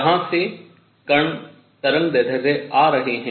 जहां से कण तरंगदैर्ध्य आ रहे हैं